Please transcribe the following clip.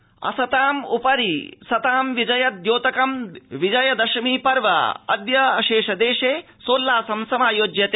दशहरा असताम ् उपरि सतां विजयद्योतकं विजयदशमी पर्व अद्य अशेष देशे सोल्लासं समायोज्यते